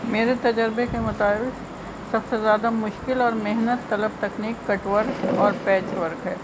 میرے تجربے کے مطابق سب سے زیادہ مشکل اور محنت طلب تکنیک کٹ ورک اور پیچ ورک ہے